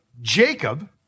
Jacob